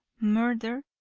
murder,